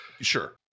Sure